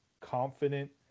confident